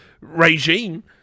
regime